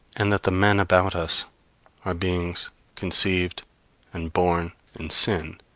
and that the men about us are beings conceived and born in sin,